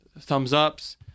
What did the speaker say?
thumbs-ups